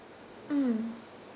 mm